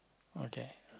okay